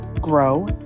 grow